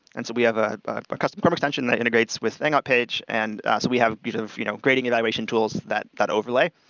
and so we have a but customer extension that integrates with hangout page. and so we have sort of you know grading evaluation tools that that overlay.